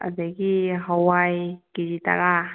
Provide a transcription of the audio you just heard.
ꯑꯗꯒꯤ ꯍꯋꯥꯏ ꯀꯦꯖꯤ ꯇꯔꯥ